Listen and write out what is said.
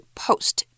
post